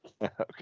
okay